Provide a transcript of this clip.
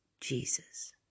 Jesus